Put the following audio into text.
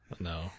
No